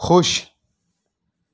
خوش